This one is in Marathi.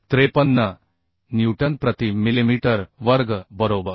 53 न्यूटन प्रति मिलिमीटर वर्ग बरोबर